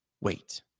wait